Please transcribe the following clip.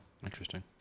interesting